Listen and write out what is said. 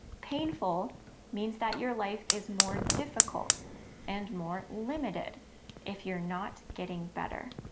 painful means that your life is more difficult and more limited if you're not getting better.